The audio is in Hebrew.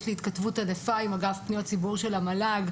יש לי התכתבות ענפה עם אגף פניות הציבור של המל"ג,